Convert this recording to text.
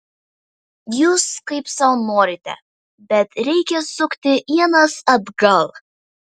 jūs kaip sau norite bet reikia sukti ienas atgal